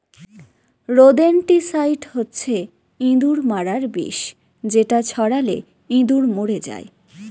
rodenticide হচ্ছে ইঁদুর মারার বিষ যেটা ছড়ালে ইঁদুর মরে যায়